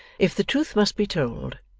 if the truth must be told,